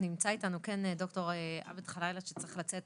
נמצא איתנו ד"ר עבד חלאילה שצריך לצאת